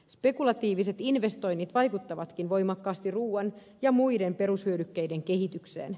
spekulatiiviset investoinnit vaikuttavatkin voimakkaasti ruuan ja muiden perushyödykkeiden kehitykseen